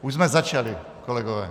Už jsme začali, kolegové.